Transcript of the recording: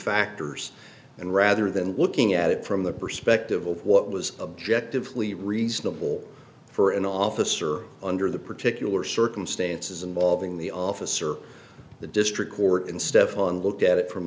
factors and rather than looking at it from the perspective of what was objective lee reasonable for an officer under the particular circumstances involving the office or the district court in stefan look at it from